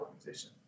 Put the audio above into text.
organization